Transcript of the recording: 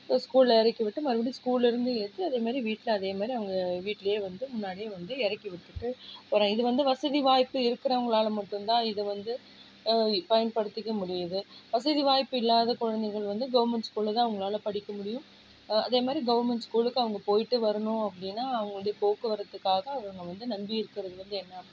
போய் ஸ்கூலில் இறக்கிவிட்டு மறுபடி ஸ்கூலில் இருந்து ஏற்றி அதேமாதிரி வீட்டில் அதேமாதிரி அவங்க வீட்டிலேயே வந்து முன்னாடியே வந்து இறக்கி விட்டுட்டு அப்புறம் இதுவந்து வசதி வாய்ப்பு இருக்கிறவங்களால் மட்டுந்தான் இதை வந்து பயன்படுத்திக்க முடியுது வசதி வாய்ப்பு இல்லாத குழந்தைகள் வந்து கவர்மெண்ட் ஸ்கூலில்தான் அவங்களால படிக்க முடியும் அதேமாதிரி கவர்மெண்ட் ஸ்கூலுக்கு அவங்க போய்ட்டு வரணும் அப்படின்னா அவங்க வந்து போக்குவரத்துக்காக அவங்க வந்து நம்பி இருக்கிறது வந்து என்ன அப்படின்னா